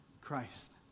Christ